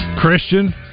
Christian